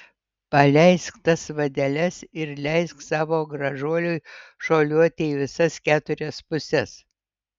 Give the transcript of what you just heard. paleisk tas vadeles ir leisk savo gražuoliui šuoliuoti į visas keturias puses